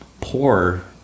poor